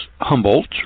Humboldt